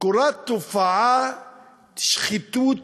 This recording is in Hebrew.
קורית תופעת שחיתות,